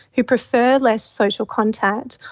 who prefer less social contact,